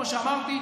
כמו שאמרתי,